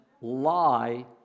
lie